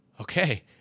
okay